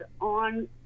on